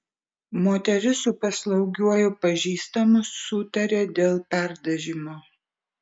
moteris su paslaugiuoju pažįstamu sutarė dėl perdažymo